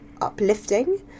uplifting